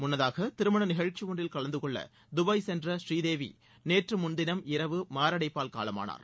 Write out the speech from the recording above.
முன்னதாக திருமண நிகழ்ச்சி ஒன்றில் கலந்துகொள்ள தபாய் சென்ற ஸ்ரீதேவி நேற்று முன்தினம் இரவு மாரடைப்பால் காலமானார்